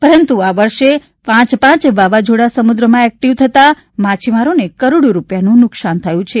પરંતુ આ વર્ષે પાંચ પાંચ વાવાઝોડા સમુદ્રમાં એક્ટિવ થતાં માછીમારોને કરોડો રૂપિયાનું નુકશાન થયું છે